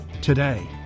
today